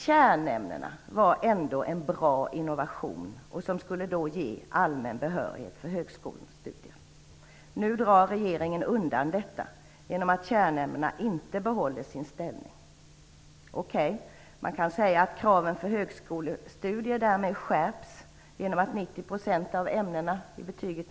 Kärnämnena var dock en bra innovation som skulle ge allmän behörighet till högskolestudier. Nu drar regeringen undan detta genom att kärnämnena inte behåller sin ställning. Okej, man kan säga att kraven för högskolestudier skärps i och med att man måste vara godkänd i 90 % av ämnena i betyget.